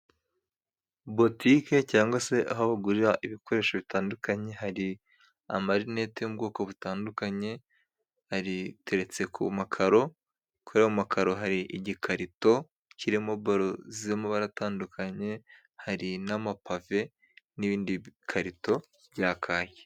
Botike cyangwa se aho bagurira ibikoresho bitandukanye hari amarinete yo mu bwoko butandukanye, ari teretse ku makaro, kuri makaro hari igikarito kirimo baro zirimo amabara atandukanye, hari n'amapave n'ibindi bikarito bya kake.